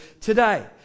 today